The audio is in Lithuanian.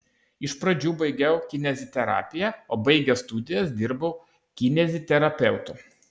iš pradžių baigiau kineziterapiją o baigęs studijas dirbau kineziterapeutu